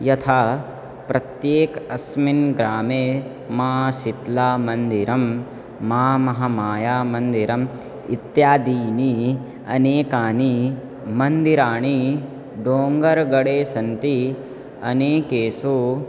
यथा प्रत्येकस्मिन् ग्रामे मासित्लामन्दिरं मामहमायामन्दिरम् इत्यादीनि अनेकानि मन्दिराणि डोङ्गर्गडे सन्ति अनेकेषु